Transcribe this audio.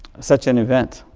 such an event?